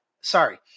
Sorry